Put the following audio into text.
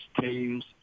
teams